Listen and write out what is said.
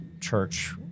church